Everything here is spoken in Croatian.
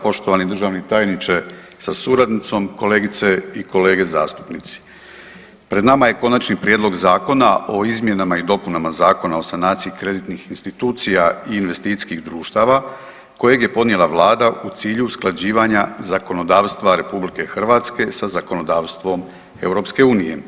Poštovani državni tajniče sa suradnicom, kolegice i kolege zastupnici, pred nama je Konačni prijedlog Zakona o izmjenama i dopunama Zakona o sanaciji kreditnih institucija i investicijskih društava kojeg je podnijela vlada u cilju usklađivanja zakonodavstva RH sa zakonodavstvom EU.